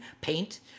paint